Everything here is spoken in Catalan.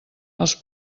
els